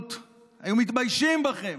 הציונות היו מתביישים בכם.